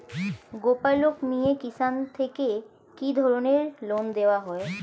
গোপালক মিয়ে কিষান থেকে কি ধরনের লোন দেওয়া হয়?